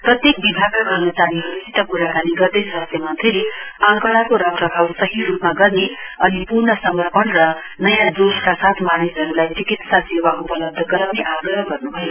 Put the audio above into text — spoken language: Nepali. प्रत्येक विभागका कर्मचारीहरुसित क्राकानी गर्दै स्वास्थ्या मन्त्रीले आंकडाको रखरखाउ सही रुपमा गर्ने अनि पूर्ण समपर्ण र नयाँ जोशका साथ मानिसहरुलाई चिकित्सा सेवा उपलब्ध गराउने आग्रह गर्नु भयो